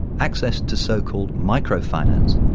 access to so-called micro finance,